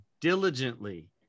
diligently